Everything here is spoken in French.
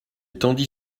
tendit